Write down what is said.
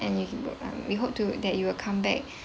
and we hope to that you will come back